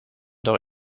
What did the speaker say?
door